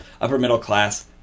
upper-middle-class